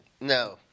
No